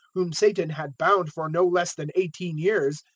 whom satan had bound for no less than eighteen years,